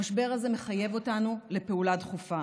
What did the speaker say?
המשבר הזה מחייב אותנו לפעולה דחופה.